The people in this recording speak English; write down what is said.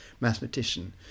mathematician